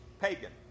pagan